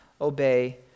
obey